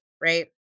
right